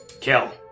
Kill